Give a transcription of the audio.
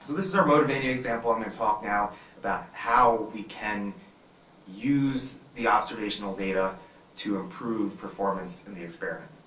this is our motivating example. i'm gonna talk now about how we can use the observational data to improve performance in the experiment.